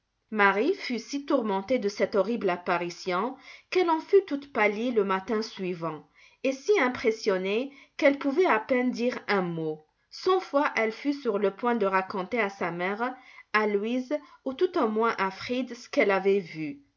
marie fut si tourmentée de cette horrible apparition qu'elle en fut toute pâlie le matin suivant et si impressionnée qu'elle pouvait à peine dire un mot cent fois elle fut sur le point de raconter à sa mère à louise ou tout au moins à fritz ce qu'elle avait vu